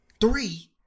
three